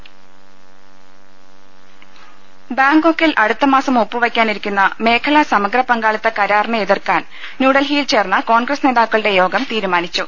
രദ്ദേഷ്ടങ ബാങ്കോക്കിൽ അടുത്തമാസം ഒപ്പുവെയ്ക്കാനിരിക്കുന്ന മേഖലാ സമഗ്ര പങ്കാളിത്ത കരാറിനെ എതിർക്കാൻ ന്യൂഡൽഹിയിൽ ചേർന്ന കോൺഗ്രസ് നേതാക്കളുടെ യോഗം തീരുമാനിച്ചു